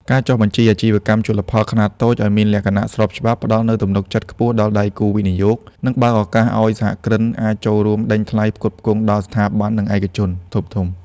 ការចុះបញ្ជីអាជីវកម្មជលផលខ្នាតតូចឱ្យមានលក្ខណៈស្របច្បាប់ ផ្ដល់នូវទំនុកចិត្តខ្ពស់ដល់ដៃគូវិនិយោគ និងបើកឱកាសឱ្យសហគ្រិនអាចចូលរួមដេញថ្លៃផ្គត់ផ្គង់ដល់ស្ថាប័នរដ្ឋ និងឯកជនធំៗ។